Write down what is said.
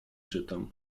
czytam